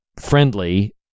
friendly